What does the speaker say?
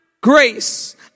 grace